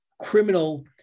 criminal